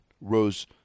rose